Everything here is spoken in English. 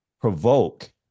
provoke